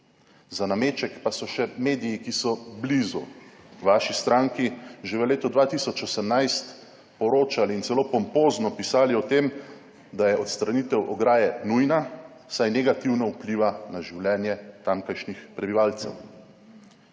Za nameček pa so še mediji, ki so blizu vaši stranki, že v letu 2018 poročali in celo pompozno pisali o tem, da je odstranitev ograje nujna, saj negativno vpliva na življenje tamkajšnjih prebivalcev.